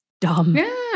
dumb